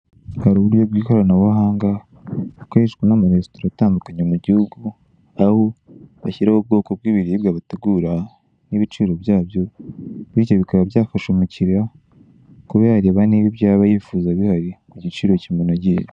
Hari uburyo bw'ikoranabuhanga bukoreshwa n'amaresitora atandukanye mu gihugu aho bashyiraho ubwoko bw'ibiribwa bategura bikaba byafasha umukiriya kuba yareba niba ibyo yifuza bihari ku giciro kimunogeye.